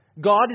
God